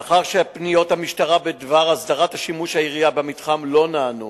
לאחר שפניות המשטרה בדבר הסדרת שימוש העירייה במתחם לא נענו,